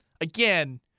again